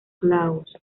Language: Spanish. klaus